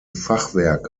fachwerk